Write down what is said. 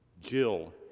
Jill